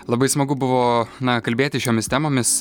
labai smagu buvo na kalbėti šiomis temomis